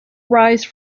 rise